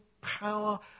power